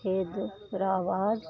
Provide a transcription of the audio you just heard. Hyderabad